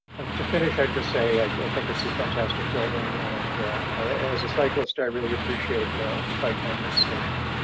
to finish, i just say, i think it's a fantastic building and i as a cyclist. i really appreciate the like minded station.